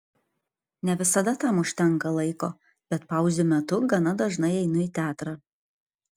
ne visada tam užtenka laiko bet pauzių metu gana dažnai einu į teatrą